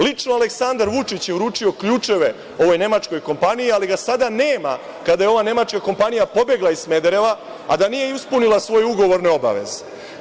Lično Aleksandar Vučić je uručio ključeve ovoj nemačkoj kompaniji, ali ga sada nema kada je ova nemačka kompanija pobegla iz Smedereva, a da nije ispunila svoje ugovorne obaveze.